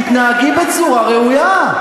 תתנהגי בצורה ראויה.